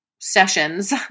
sessions